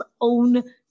own